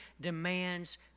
demands